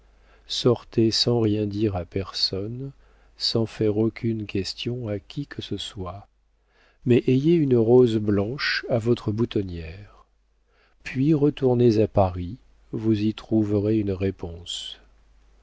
sortez sans rien dire à personne sans faire aucune question à qui que ce soit mais ayez une rose blanche à votre boutonnière puis retournez à paris vous y trouverez une réponse